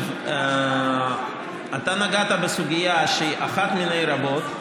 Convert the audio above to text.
אתה נגעת בסוגיה שהיא אחת מני רבות,